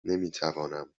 نمیتوانم